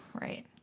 Right